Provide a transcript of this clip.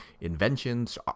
inventions